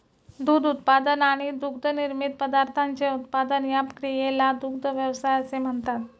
दूध उत्पादन आणि दुग्धनिर्मित पदार्थांचे उत्पादन या क्रियेला दुग्ध व्यवसाय असे म्हणतात